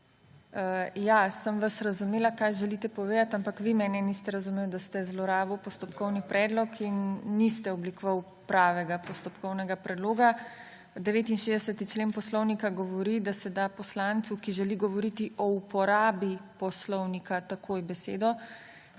Ja, sem vas razumela, kaj želite povedati, ampak vi mene niste razumeli, da ste zlorabili postopkovni predlog in niste oblikovali pravega postopkovnega predloga. 69. člen Poslovnika govori, da se da poslancu, ki želi govoriti o uporabi poslovnika, takoj besedo.